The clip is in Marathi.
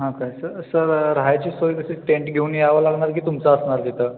हां काय सं सर राहायची सोय कशी टेंट घेऊन यावं लागणार की तुमचं असणार तिथं